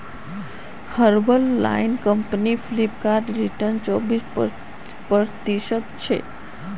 herbal life company Flipkart return चोबीस प्रतिशतछे